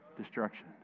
destruction